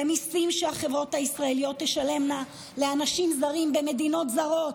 במיסים שהחברות הישראליות תשלמנה לאנשים זרים במדינות זרות,